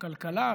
בכלכלה,